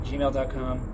Gmail.com